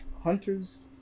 Hunter's